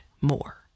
more